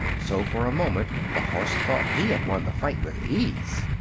so for a moment the horse thought he had won the fight with ease.